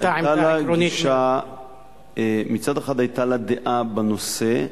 מצד אחד היתה לה דעה בנושא,